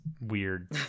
weird